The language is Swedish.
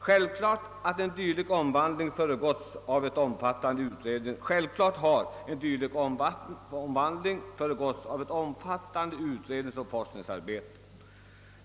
Självfallet har en dylik omläggning föregåtts av ett omfattande utredningsoch forskningsarbete.